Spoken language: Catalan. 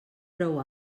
prou